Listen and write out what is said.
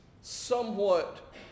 somewhat